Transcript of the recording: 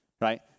right